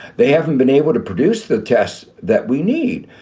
they haven't been able to produce the tests that we need.